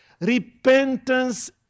Repentance